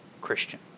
Christian